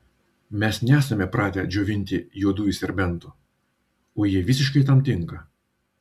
mes nesame pratę džiovinti juodųjų serbentų o jie visiškai tam tinka